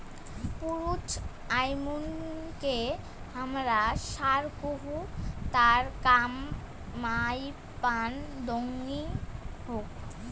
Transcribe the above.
পুরুছ আমুইকে হামরা ষাঁড় কহু তার কাম মাইপান দংনি হোক